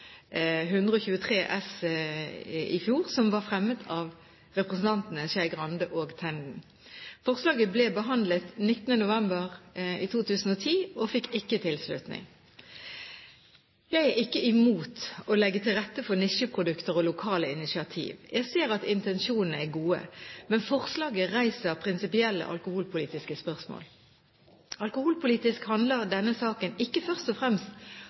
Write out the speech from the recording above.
S for 2009–2010, som var fremmet av representantene Skei Grande og Tenden. Forslaget ble behandlet 19. november 2010 og fikk ikke tilslutning. Jeg er ikke imot å legge til rette for nisjeprodukter og lokale initiativ. Jeg ser at intensjonene er gode. Men forslaget reiser prinsipielle alkoholpolitiske spørsmål. Alkoholpolitisk handler denne saken ikke først og fremst